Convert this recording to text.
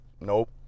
nope